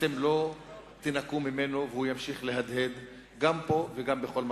אתם לא תינקו ממנו והוא ימשיך להדהד גם פה וגם בכל מקום.